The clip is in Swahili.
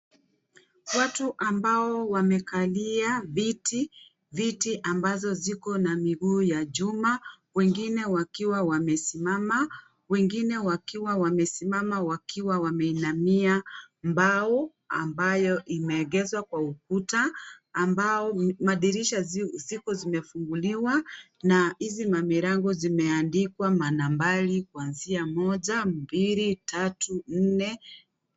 Watu ambao wamekalia viti. Viti ambazo ziko na miguu za chuma ,wengine wakiwa wamesimama, wengine wakiwa wamesimama wakiwa wameinamia mbao ambayo imeegeshwa kwa ukuta, ambao madirisha ziko zimefunguliwa na hizi mamilango zimeandikwa manambari kuanzia 1,2,3,4,,.